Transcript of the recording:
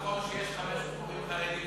הרב נסים, נכון שיש 500 מורים חרדים